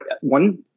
One